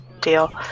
deal